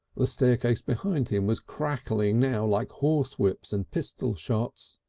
the staircase behind him was crackling now like horsewhips and pistol shots.